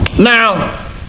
Now